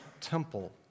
temple